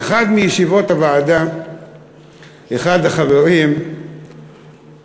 באחת מישיבות הוועדה אחד החברים היהודים,